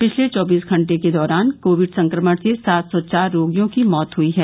पिछले चौबीस घंटे के दौरान कोविड संक्रमण से सात सौ चार रोगियों की मौत हुई है